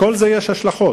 לכל זה יש השלכות.